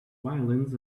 violins